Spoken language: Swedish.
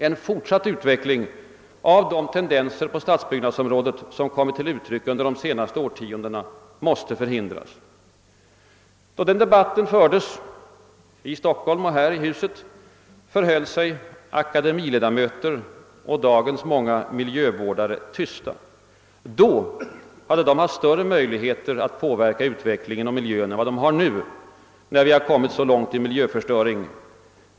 En fortsatt utveckling av de tendenser på stadsbyggnadsområdet som kommit till uttryck under de senaste årtiondena måste förhindras. Då den debatten fördes i Stockholm och i riksdagshuset förhöll sig akademiledamöter och dagens många miljövårdare tysta. Då hade de haft större möjligheter att påverka utvecklingen och miljön än vad de nu har, när vi kommit så långt i miljöförstöring.